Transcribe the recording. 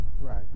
Right